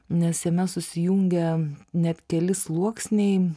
nes jame susijungia net keli sluoksniai